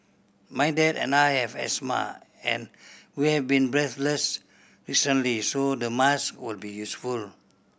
my dad and I have asthma and we have been breathless recently so the masks will be useful